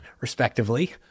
respectively